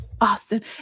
austin